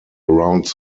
around